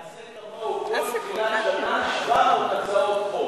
תעשה כמוהו, כל תחילת שנה 700 הצעות חוק.